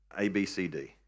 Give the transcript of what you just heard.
ABCD